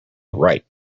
right